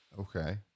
Okay